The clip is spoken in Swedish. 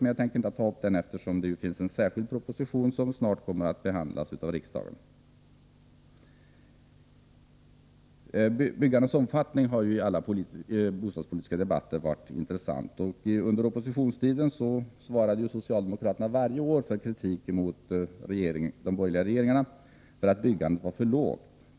Den frågan tänker jag emellertid inte ta upp, eftersom det finns en särskild proposition som snart skall behandlas av riksdagen. Byggandets omfattning har i alla bostadspolitiska debatter varit en intressant fråga. Under oppositionstiden riktade socialdemokraterna varje år kritik mot de borgerliga regeringarna för att byggandet var för lågt.